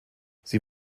sie